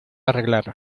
arreglaron